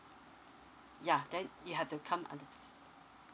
yeah then you have to come under this